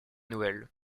nouvelle